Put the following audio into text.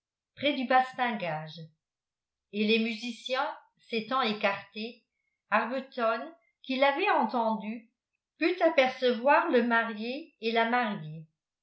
près du bastingage et les musiciens s'étant écartés arbuton qui l'avait entendu put apercevoir le marié et la mariée